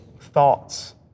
thoughts